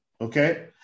Okay